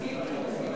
אני מסכים להתניות.